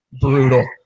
brutal